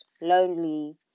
lonely